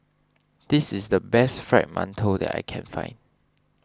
this is the best Fried Mantou that I can find